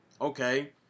okay